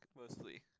mostly